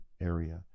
area